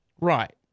Right